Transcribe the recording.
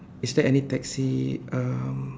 is there any taxi um